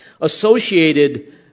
associated